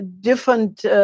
different